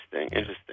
interesting